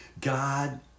God